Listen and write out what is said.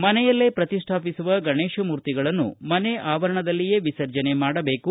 ಮನೆಯಲ್ಲೇ ಪ್ರತಿಷ್ಠಾಪಿಸುವ ಗಣೇಶ ಮೂರ್ತಿಗಳನ್ನು ಮನೆ ಆವರಣದಲ್ಲಿಯೇ ವಿಸರ್ಜನೆ ಮಾಡಬೇಕು